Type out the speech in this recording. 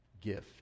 gift